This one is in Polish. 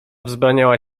wzbraniała